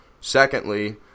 Secondly